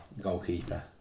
goalkeeper